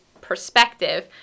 perspective